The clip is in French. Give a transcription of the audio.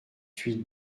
huit